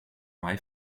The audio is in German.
may